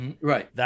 Right